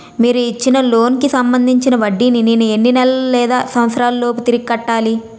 మీరు ఇచ్చిన లోన్ కి సంబందించిన వడ్డీని నేను ఎన్ని నెలలు లేదా సంవత్సరాలలోపు తిరిగి కట్టాలి?